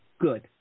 Good